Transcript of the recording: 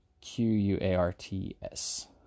Q-U-A-R-T-S